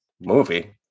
Movie